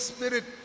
Spirit